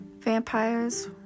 Vampires